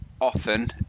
often